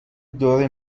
دور